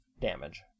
damage